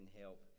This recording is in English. help